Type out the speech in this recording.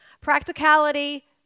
Practicality